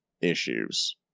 issues